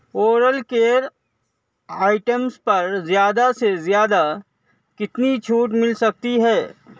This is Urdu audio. اورل کیئر آئٹمس پر زیادہ سے زیادہ کتنی چھوٹ مل سکتی ہے